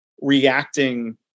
reacting